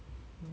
mm